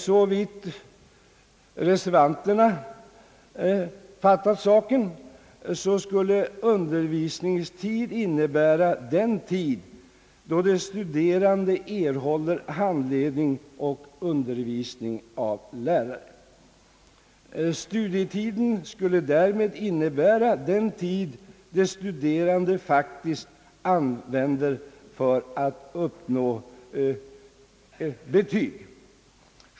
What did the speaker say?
Såvitt reservanterna har fattat saken, skulle undervisningstid innebära den tid då den studerande erhåller handledning och undervisning av lärare, Studietid skulle därmed innebära den tid som den studerande faktiskt använder för att uppnå betyg.